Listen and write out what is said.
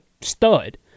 stud